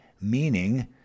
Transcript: meaning